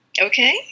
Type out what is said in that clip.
Okay